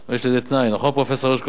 יש לזה תנאי, נכון, פרופסור הרשקוביץ?